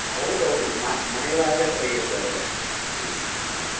ಹೌದೌದು ಮನೆ ಮನೆಯವ್ರ್ ಆದರೆ ಸರಿ ಇರ್ತದೆ ಅದು ಹ್ಞೂ ಅಲ್ಲೇ